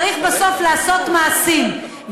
צריך בסוף לעשות מעשים,